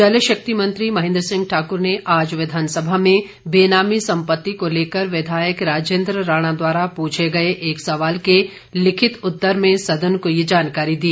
जलशक्ति मंत्री महेंद्र सिंह ठाकुर ने आज विधानसभा में बेनामी संपत्ति को लेकर विधायक राजेंद्र राणा द्वारा पूछे गए एक सवाल के लिखित उत्तर में सदन को ये जानकारी दी